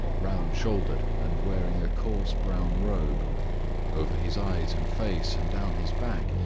round-shouldered, and wearing a coarse brown robe over his eyes and face, and down his back,